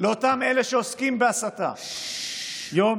לאותם אלה שעוסקים בהסתה יום-יום,